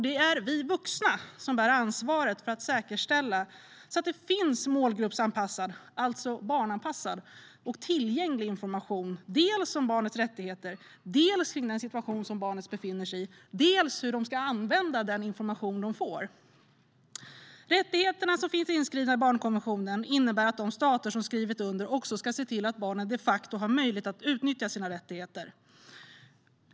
Det är vi vuxna som bär ansvaret för att säkerställa att det finns målgruppsanpassad - alltså barnanpassad - och tillgänglig information, dels om barnets rättigheter, dels kring den situation barnet befinner sig i, dels om hur barnet ska använda informationen. Rättigheterna som finns inskrivna i barnkonventionen innebär att de stater som skrivit under också ska se till att barnen de facto har en möjlighet att utnyttja sina rättigheter.